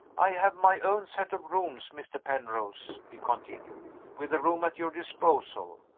i have my own set of rooms, mr. penrose, he continued with a room at your disposal.